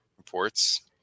reports